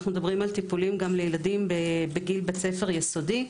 אנו מדברים על טיפולים גם לילדים בגיל בית ספר יסודי,